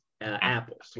apples